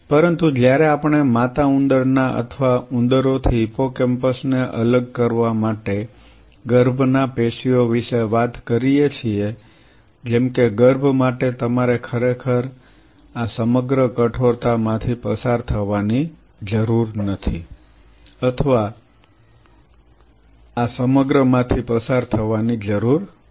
પરંતુ જ્યારે આપણે માતા ઉંદર ના અથવા ઉંદરોથી હિપ્પોકેમ્પસ ને અલગ કરવા માટે ગર્ભના પેશીઓ વિશે વાત કરીએ છીએ જેમ કે ગર્ભ માટે તમારે ખરેખર આ સમગ્ર કઠોરતામાંથી પસાર થવાની જરૂર નથી